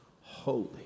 holy